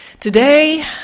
Today